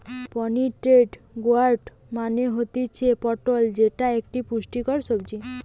pointed gourd মানে হতিছে পটল যেটি একটো পুষ্টিকর সবজি